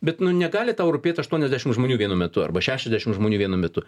bet nu negali tau rūpėt aštuoniasdešim žmonių vienu metu arba šešiasdešim žmonių vienu metu